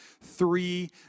three